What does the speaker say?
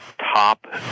top